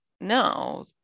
no